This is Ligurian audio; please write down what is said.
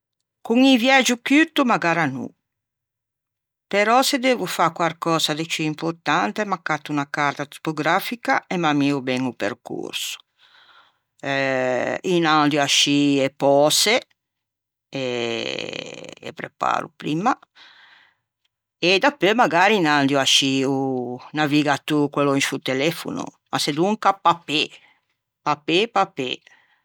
Con un viægio curto magara no. Però se devo fâ unna cösa ciù importante m'accatto unna carta topografica e m'ammio ben o percorso eh inandio ascì e pöse e e preparo primma e dapeu magai inandio ascì o navigatô in sciô telefono ma sedonca papê, papê, papê.